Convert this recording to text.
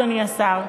אדוני השר,